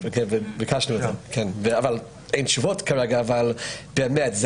ביקשנו את זה ואין תשובות כרגע אבל באמת,